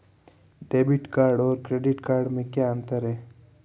Debit card और credit card में क्या अंतर है?